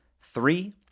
Three